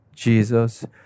Jesus